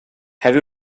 have